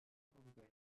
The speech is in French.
bourgogne